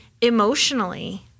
emotionally